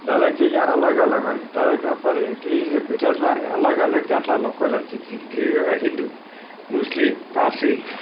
દરેક જગ્યા અલગ અલગ હોય છે દરેકના પ્રદેશ તે રીતે ગુજરાતમાં અલગ અલગ જાતના લોકો રે છે જેવી રીતે હિન્દુ મુસ્લિમ પારસી